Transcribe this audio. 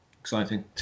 exciting